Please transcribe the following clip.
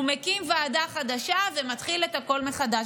הוא מקים ועדה חדשה ומתחיל את הכול מחדש.